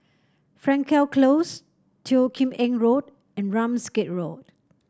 Frankel Close Teo Kim Eng Road and Ramsgate Road